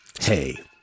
hey